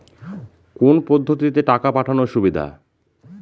কোন পদ্ধতিতে টাকা পাঠানো সুবিধা?